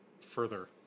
further